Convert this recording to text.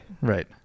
right